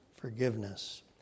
Forgiveness